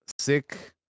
Sick